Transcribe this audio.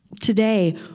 Today